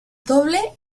doble